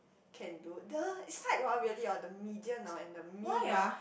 can do the side oh really oh the medium oh and the mean oh